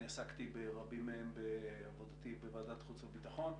אני עסקתי ברבים מהם בעבודתי בוועדת חוץ וביטחון.